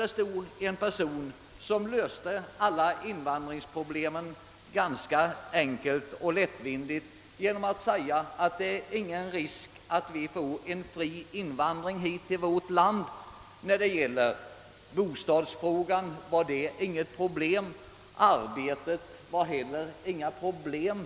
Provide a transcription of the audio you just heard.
Där stod en person som löste alla invandringsproblem enkelt och lättvindigt genom att säga att det inte föreligger någon risk om vi får en fri invandring till vårt land. I fråga om bostaden var det inte något problem, arbetet medförde inte heller några problem.